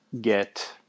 get